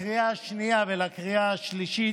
לקריאה השנייה ולקריאה השלישית,